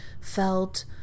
felt